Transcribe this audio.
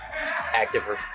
active